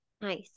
Nice